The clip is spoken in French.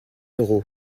euros